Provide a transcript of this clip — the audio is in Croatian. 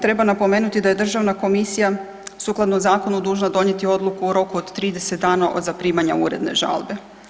Treba napomenuti da je državna komisija sukladno zakonu dužna donijeti odluku u roku od 30 dana od zaprimanja uredne žalbe.